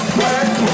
work